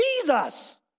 Jesus